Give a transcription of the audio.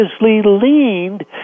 leaned